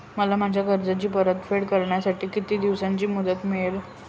मला माझ्या कर्जाची परतफेड करण्यासाठी किती दिवसांची मुदत मिळेल?